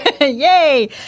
Yay